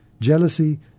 jealousy